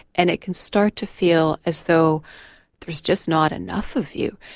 and it can start to feel as though there's just not enough of you,